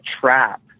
trap